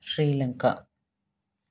Sri Lanka